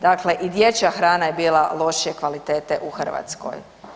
Dakle, i dječja hrana je bila lošije kvalitete u Hrvatskoj.